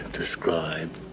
Describe